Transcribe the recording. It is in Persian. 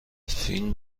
فیلم